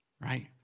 Right